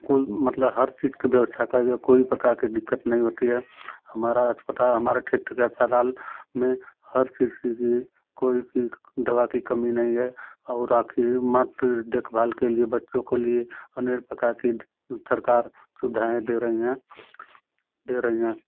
कोई मतलब हर चीज का ब्यवस्था का जो कोई प्रकार का दिक्कत नहीं होती है हमारा अस्पताल हमारा क्षेत्र का अस्पताल में हर किसी की कोई की दवा की कमी नहीं है और आखिर मत देखभाल के लिए बच्चों को लिए अनेक प्रकार के सरकार सुविधाएँ दे रही हैं दे रही हैं